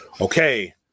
Okay